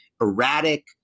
erratic